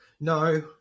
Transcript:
No